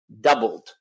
doubled